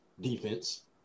Defense